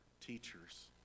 teachers